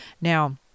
Now